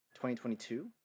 2022